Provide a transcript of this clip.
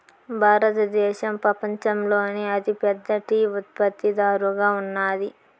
భారతదేశం పపంచంలోనే అతి పెద్ద టీ ఉత్పత్తి దారుగా ఉన్నాది